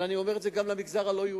אני אומר את זה גם למגזר הלא-יהודי,